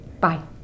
Bye